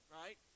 right